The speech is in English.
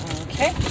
Okay